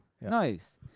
Nice